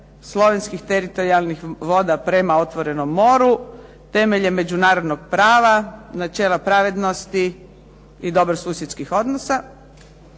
slovenskih teritorijalnih voda prema otvorenom moru temeljem međunarodnog prava, načela pravednosti i dobrosusjedskih odnosa.